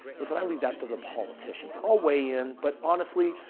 listen, i leave that to the politicians. all weigh in. but honestly,